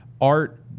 Art